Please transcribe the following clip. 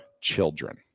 children